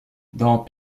dans